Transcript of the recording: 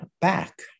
back